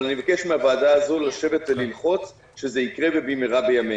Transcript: אבל אני מבקש מהוועדה הזו לשבת וללחוץ שזה יקרה במהירה בימינו.